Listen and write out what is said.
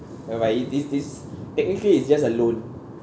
whereby it this this technically it's just a loan